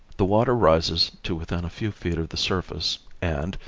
the water rises to within a few feet of the surface and,